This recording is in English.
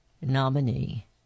nominee